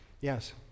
Yes